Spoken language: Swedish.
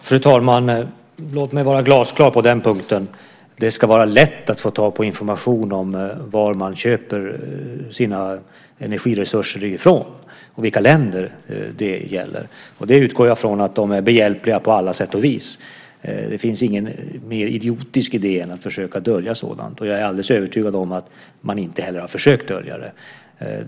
Fru talman! Låt mig vara glasklar på den punkten. Det ska vara lätt att få tag på information om var man köper sina energiresurser ifrån och vilka länder det gäller. Jag utgår från att de är behjälpliga på alla sätt och vis. Det finns ingen mer idiotisk idé än att försöka dölja sådant, och jag är alldeles övertygad om att man inte heller har försökt dölja det.